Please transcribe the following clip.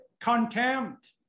contempt